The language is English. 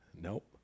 Nope